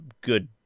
good